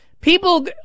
People